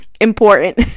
important